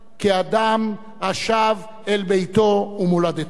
כאדם השב אל ביתו ומולדתו.